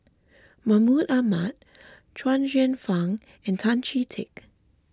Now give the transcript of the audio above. Mahmud Ahmad Chuang Hsueh Fang and Tan Chee Teck